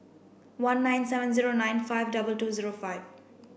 one nine seven zero nine five double two zero five